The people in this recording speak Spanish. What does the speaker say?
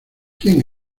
quién